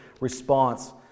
response